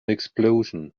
explosion